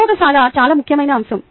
ప్రయోగశాల చాలా ముఖ్యమైన అంశం